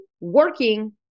working